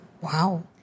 Wow